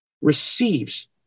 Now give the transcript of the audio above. receives